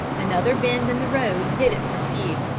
another bend in the road hid it from view.